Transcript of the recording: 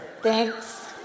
Thanks